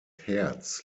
herz